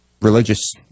religious